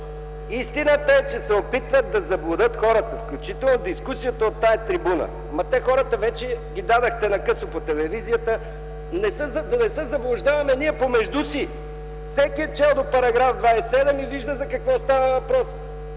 истината е, че се опитват да заблудят хората, включително дискусията от тази трибуна. Те хората вече ги дадохте на късо по телевизията. Да не се заблуждаваме ние помежду си! Всеки е чел до § 27 и вижда за какво става въпрос.